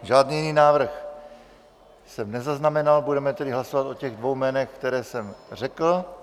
Žádný jiný návrh jsem nezaznamenal, budeme tedy hlasovat o těch dvou jménech, která jsem řekl.